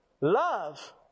love